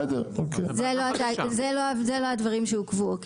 הדברים שעוקבו.